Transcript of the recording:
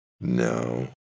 No